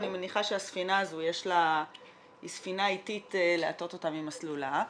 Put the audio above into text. אני מניחה שהספינה הזו היא ספינה איטית להטות אותה ממסלולה.